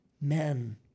Men